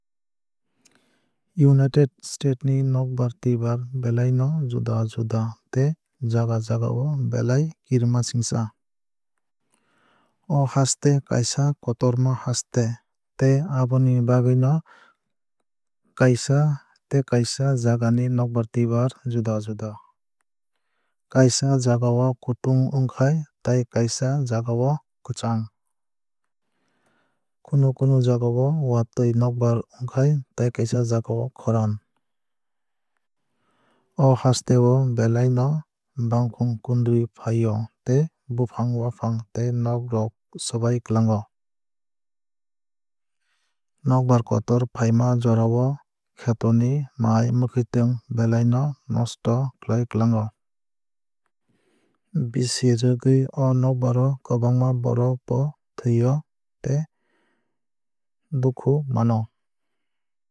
United state ni nokbar twuibar belai no juda juda tei jaga jagao belai kirima singsa. O haste kaisa kotorma haste tei aboni bagwui no kaisa tei kaisa jaga ni nokbar twuibar juda juda. Kaisa jagao kutung wngkhai tei kaisa jaga o kwchang. Kunu kunu jaga o watwui nokbar wngkhai tei kaisa jagao khoran. O haste o belai no bangkhung kundri fai o tei bufang wafang tei nog rok swbai kwlango. Nokbar kotor faima jorao kheto ni mai mwkhwtwng belai no nosto khlai kwlango. Bisi rwgwui o nokbar o kwbangma borok bo thwui o tei dukhu mano.